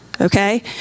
Okay